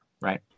Right